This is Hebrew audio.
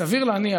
סביר להניח,